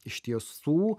iš tiesų